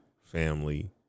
family